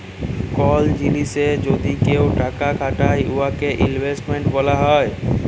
call জিলিসে যদি কেউ টাকা খাটায় উয়াকে ইলভেস্টমেল্ট ব্যলা হ্যয়